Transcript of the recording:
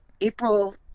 April